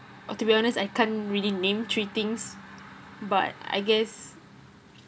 oh to be honest I can't really name three things but I guess